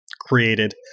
created